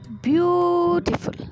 beautiful